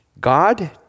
God